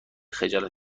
خجالت